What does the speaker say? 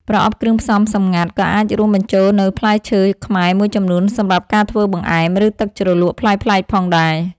ប្រអប់គ្រឿងផ្សំសម្ងាត់ក៏អាចរួមបញ្ចូលនូវផ្លែឈើខ្មែរមួយចំនួនសម្រាប់ការធ្វើបង្អែម ឬទឹកជ្រលក់ប្លែកៗផងដែរ។